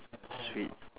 sweets